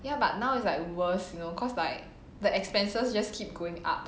ya but now is like worse you know cause like the expenses just keep going up